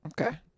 Okay